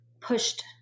pushed